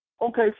Okay